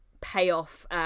payoff